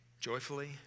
joyfully